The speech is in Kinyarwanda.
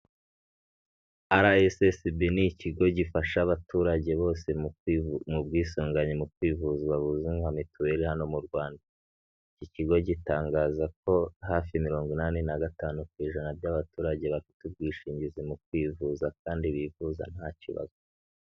RSSB ni ikigo gifasha abaturage bose mu bwisungane mu kwivuza buza nka mituweli hano mu Rwanda. Iki kigo gitangaza ko hafi mirongo inani na gatanu ku ijana by'abaturage bafite ubwishingizi mu kwivuza kandi bivuza nta kibazo.